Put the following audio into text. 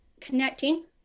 connecting